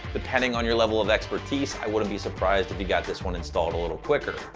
depending on your level of expertise, i wouldn't be surprised if you got this one installed a little quicker.